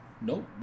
Nope